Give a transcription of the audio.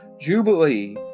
jubilee